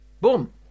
Boom